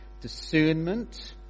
discernment